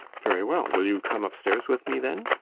very well. will you come upstairs with me, then?